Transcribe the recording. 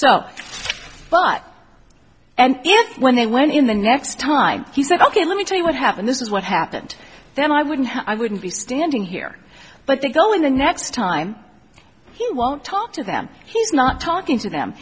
but and if when they went in the next time he said ok let me tell you what happened this is what happened then i wouldn't i wouldn't be standing here but they go in the next time he won't talk to them he's not talking to them